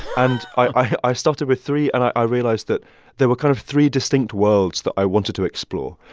and i started with three, and i realized that there were kind of three distinct worlds that i wanted to explore.